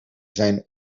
zijn